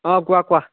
অঁ কোৱা কোৱা